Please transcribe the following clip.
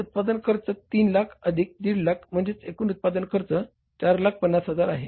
ते उत्पादन खर्च 300000 अधिक 150000 म्हणजे एकूण उत्पादन खर्च 450000 आहे